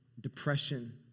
depression